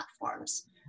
platforms